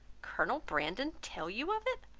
colonel brandon tell you of it!